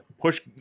push